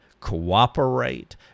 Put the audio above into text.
cooperate